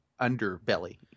underbelly